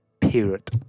Period